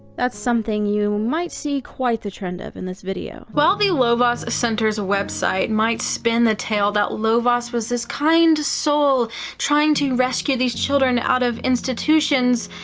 that's something you might see quite the trend of in this video. while the lovaas center's website might spin the tale that lovaas was this kind soul trying to rescue these children out of institutions,